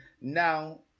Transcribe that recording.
now